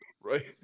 Right